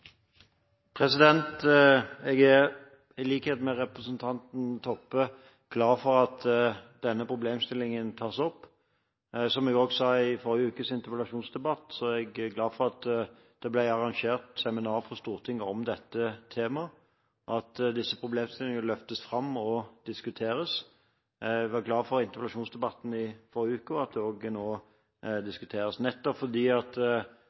er i likhet med representanten Toppe glad for at denne problemstillingen tas opp. Som jeg også sa i forrige ukes interpellasjonsdebatt, er jeg glad for at det ble arrangert seminar på Stortinget om dette temaet, at disse problemstillingene løftes fram og diskuteres. Jeg var glad for interpellasjonsdebatten i forrige uke og for at det også nå diskuteres, nettopp fordi